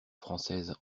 française